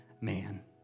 man